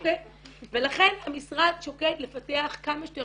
--- ולכן המשרד שוקד לפתח כמה שיותר